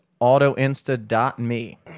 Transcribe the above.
autoinsta.me